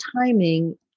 timing